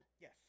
Yes